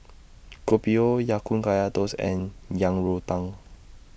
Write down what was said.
Kopi O Ya Kun Kaya Toast and Yang Rou Tang